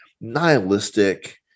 nihilistic